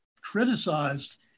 criticized